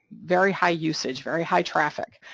very high usage, very high traffic,